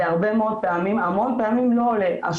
זה המון פעמים לא עולה.